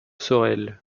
sorel